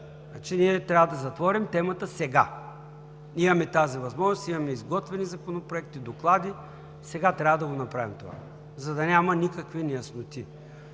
ние трябва да затворим темата сега. Имаме тази възможност, имаме изготвени законопроекти, доклади. Трябва да го направим сега, за да няма никакви неясноти.